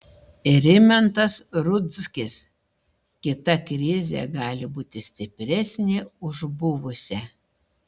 rimantas rudzkis kita krizė gali būti stipresnė už buvusią